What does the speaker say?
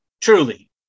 Truly